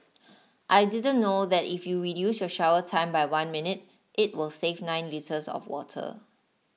I didn't know that if you reduce your shower time by one minute it will save nine litres of water